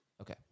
Okay